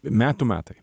metų metai